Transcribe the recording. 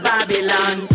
Babylon